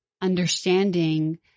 understanding